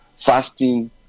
fasting